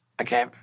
Okay